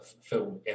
Film